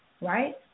right